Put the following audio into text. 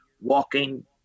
walking